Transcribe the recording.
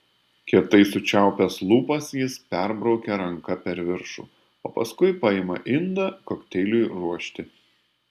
kietai sučiaupęs lūpas jis perbraukia ranka per viršų o paskui paima indą kokteiliui ruošti